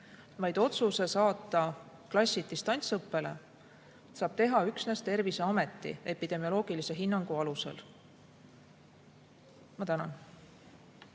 vaid otsuse saata klassid distantsõppele saab teha üksnes Terviseameti epidemioloogilise hinnangu alusel. Ruuben